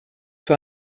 für